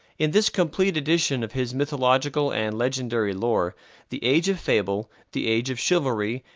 in this complete edition of his mythological and legendary lore the age of fable, the age of chivalry,